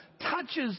touches